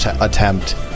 attempt